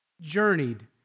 journeyed